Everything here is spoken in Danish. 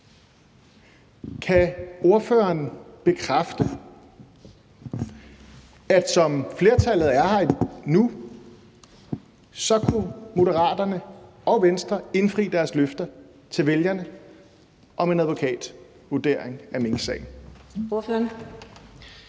Kan ordføreren bekræfte, at som flertallet er her og nu, kunne Moderaterne og Venstre indfri deres løfte til vælgerne om en advokatvurdering af minksagen?